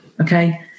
okay